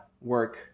work